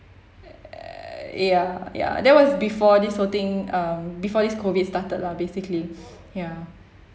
err ya ya that was before this whole thing um before this COVID started lah basically ya